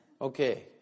Okay